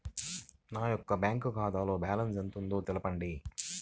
నా యొక్క బ్యాంక్ ఖాతాలో బ్యాలెన్స్ ఎంత ఉందో తెలపండి?